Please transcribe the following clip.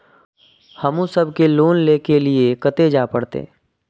हमू सब के लोन ले के लीऐ कते जा परतें?